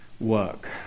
work